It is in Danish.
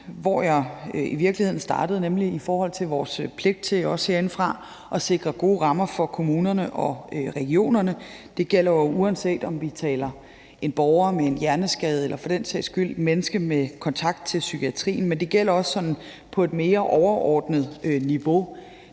hvor jeg i virkeligheden startede, nemlig i forhold til vores pligt til herinde fra at sikre gode rammer for kommunerne og regionerne. Det gælder jo, uanset om vi taler en borger med en hjerneskade eller for den sags skyld mennesker med kontakt til psykiatrien, men det gælder også sådan på et mere overordnet niveau.